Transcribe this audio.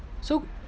so